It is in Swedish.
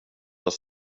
att